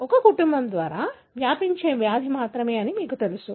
కాబట్టి ఒక కుటుంబం ద్వారా వ్యాపించే వ్యాధి మాత్రమే మీకు తెలుసు